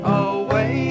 away